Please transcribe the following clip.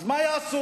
אז מה יעשו?